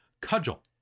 Cudgel